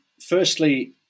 firstly